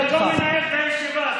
אתה לא מנהל את הישיבה הזאת.